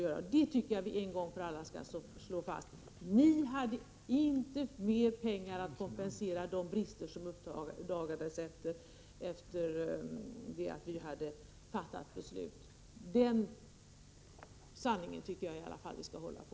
Jag tycker att vi en gång för alla kan slå fast: Ni hade inte mer pengar att kompensera de brister som uppdagades efter det att beslutet hade fattats. Den sanningen tycker jag i alla fall vi skall hålla på.